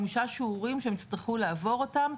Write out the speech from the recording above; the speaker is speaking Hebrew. חמישה שיעורים שהם הצטרכו לעבור אותם.